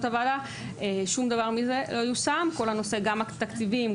הוועדה שום דבר לא יושם: הנושא של התקציבים,